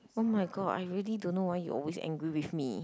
oh my god I really don't know why you always angry with me